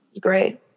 great